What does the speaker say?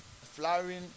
flowering